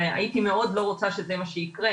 הייתי מאוד לא רוצה שזה מה שיקרה,